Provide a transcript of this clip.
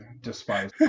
despise